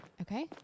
Okay